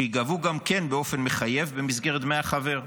שייגבו גם כן באופן מחייב במסגרת דמי החבר.